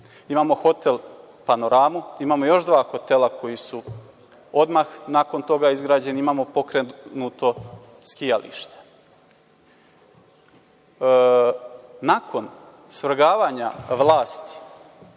Imamo hotel „Panoramu“, imamo još dva hotela koji su odmah nakon toga izgrađeni, imamo pokrenuto skijalište. Nakon svrgavanja vlasti